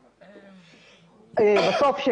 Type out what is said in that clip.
בסוף,